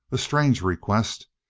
a strange request.